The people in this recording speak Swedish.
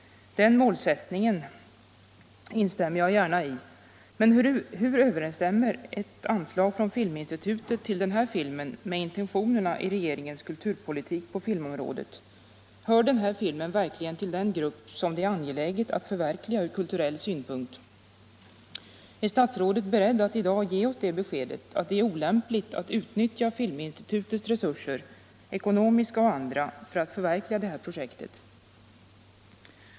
Den målsättningen instämmer jag gärna i. Men hur överensstämmer ett anslag från Filminstitutet till denna film med intentionerna i regeringens kulturpolitik på filmområdet? Hör den här filmen verkligen till den grupp som det är angeläget att förverkliga ur kulturell synpunkt? Är statsrådet beredd att i dag ge oss beskedet att det är olämpligt att utnyttja Filminstitutets resurser, ekonomiska och andra, för att förverkliga det här projektet?